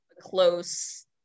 close